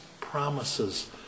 promises